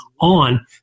on